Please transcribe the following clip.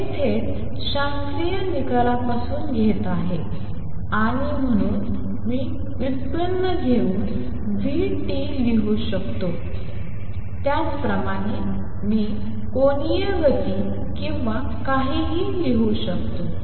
हे थेट शास्त्रीय निकालापासून घेत आहे आणि म्हणून मी व्युत्पन्न घेऊन vt लिहू शकतो त्याचप्रमाणे मी कोनीय गती किंवा काहीही लिहू शकतो